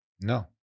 No